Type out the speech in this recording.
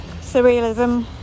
surrealism